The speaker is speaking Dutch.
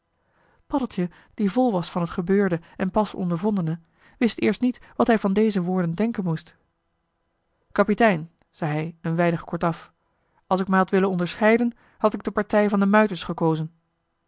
paddeltje die vol was van t gebeurde en pas ondervondene wist eerst niet wat hij van deze woorden denken moest joh h been paddeltje de scheepsjongen van michiel de ruijter kapitein zei hij een weinig kortaf als ik mij had willen onderscheiden had ik de partij van de muiters gekozen